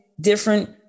different